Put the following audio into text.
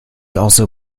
also